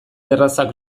errazak